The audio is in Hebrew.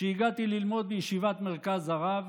כשהגעתי ללמוד בישיבת מרכז הרב